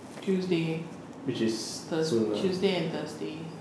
tuesday thurs~ tuesday and thursday